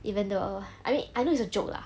even though I mean I know it's a joke lah